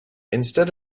instead